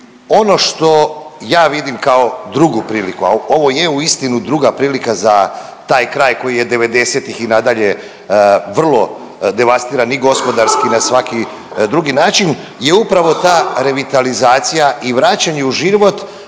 ono što ja vidim kao drugu priliku, a ovo je uistinu druga prilika za taj kraj koji je devedesetih i nadalje vrlo devastiran i gospodarski i na svaki drugi način je upravo ta revitalizacija i vraćanje u život